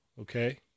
okay